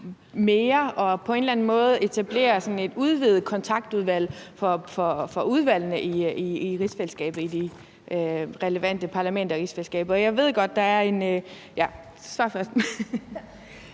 måde etablerer sådan et udvidet kontaktudvalg for udvalgene i de relevante parlamenter